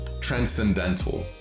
transcendental